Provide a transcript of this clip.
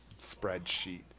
spreadsheet